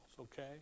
okay